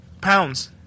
pounds